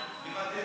מוותר.